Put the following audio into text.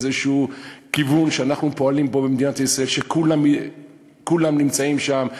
איזשהו כיוון שאנחנו פועלים בו במדינת ישראל שכולם נמצאים שם.